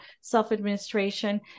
self-administration